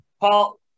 Paul